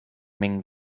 ming